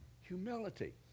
humility